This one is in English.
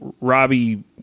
Robbie